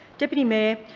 deputy mayor,